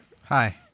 hi